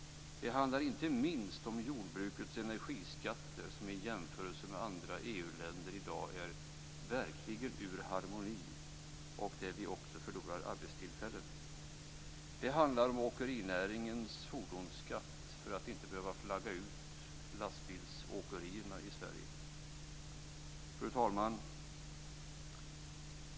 Det handlar inte minst om jordbrukets energiskatter, som verkligen inte är i harmoni med de skatter som gäller i andra EU-länder i dag. Vi förlorar också arbetstillfällen på det. Det handlar om åkerinäringens fordonsskatt. Vi skall inte behöva flagga ut lastbilsåkerierna i Sverige. Fru talman!